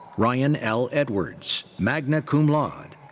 ryan l. edwards, magna cum laude.